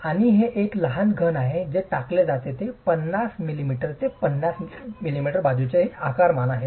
आणि हे एक लहान घन आहे जे टाकले जाते ते 50 mm x 50 mm बाजूचे आकारमान आहे